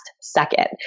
second